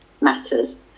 matters